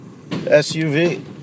SUV